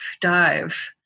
dive